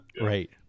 right